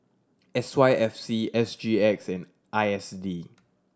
S Y F C S G X and I S D